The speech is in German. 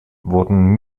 wurden